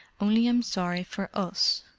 only i'm sorry for us,